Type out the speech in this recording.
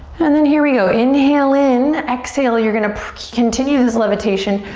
and then here we go, inhale in. exhale, you're gonna continue this levitation.